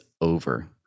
over